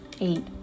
eight